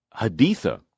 Haditha